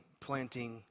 planting